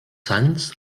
sants